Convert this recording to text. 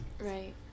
right